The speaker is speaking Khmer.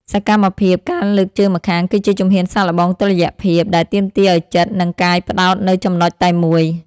សកម្មភាព ការលើកជើងម្ខាង គឺជាជំហានសាកល្បងតុល្យភាព ដែលទាមទារឱ្យចិត្ត និងកាយផ្ដោតនៅចំណុចតែមួយ។